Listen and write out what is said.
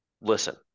listen